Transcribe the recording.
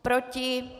Proti?